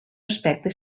aspecte